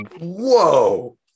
Whoa